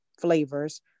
flavors